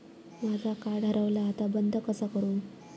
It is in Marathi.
माझा कार्ड हरवला आता बंद कसा करू?